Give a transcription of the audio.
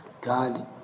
God